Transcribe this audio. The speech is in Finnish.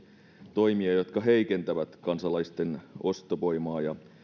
toimia jotka heikentävät kansalaisten ostovoimaa